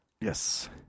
Yes